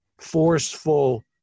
forceful